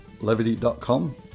levity.com